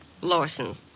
Lawson